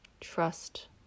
Trust